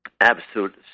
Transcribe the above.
absolute